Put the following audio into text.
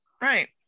Right